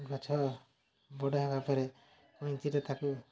ଗଛ ବଡ଼ ହେଲା ପରେ କଇଁଚିରେ ତା'କୁ